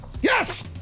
yes